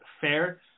fair